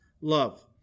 love